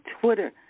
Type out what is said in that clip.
Twitter